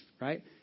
right